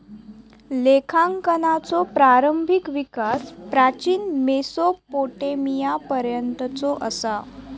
लेखांकनाचो प्रारंभिक विकास प्राचीन मेसोपोटेमियापर्यंतचो असा